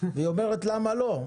היא אומרת למה לא?